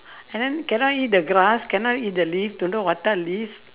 and then can I eat the grass can I eat the leaves don't know what type leaf